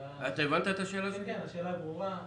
השאלה ברורה.